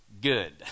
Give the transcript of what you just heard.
good